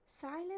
Silence